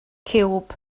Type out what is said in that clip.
ciwb